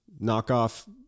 knockoff